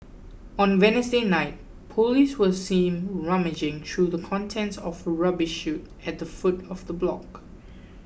on Wednesday night police were seen rummaging through the contents of a rubbish chute at the foot of the block